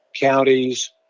counties